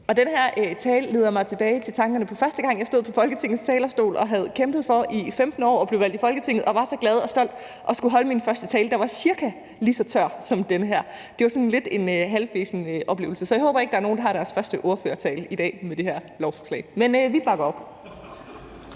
Den her tale leder mig tilbage til tankerne fra første gang, jeg stod på Folketingets talerstol og i 15 år havde kæmpet for at blive valgt til Folketinget og var så glad og stolt og skulle holde min første tale. Den var cirka lige så tør som den her. Det var sådan lidt en halvfesen oplevelse. Så jeg håber ikke, at der er nogen, der har deres første ordførertale i dag med det her lovforslag. Men vi bakker op.